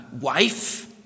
wife